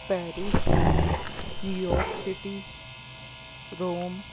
Paris New York city Rome